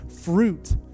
fruit